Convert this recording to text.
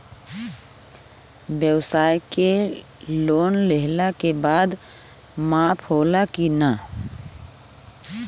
ब्यवसाय के लोन लेहला के बाद माफ़ होला की ना?